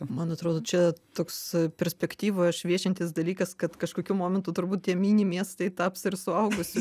man atrodo čia toks perspektyvoje šviečiantis dalykas kad kažkokiu momentu turbūt tie mini miestai taps ir suaugusių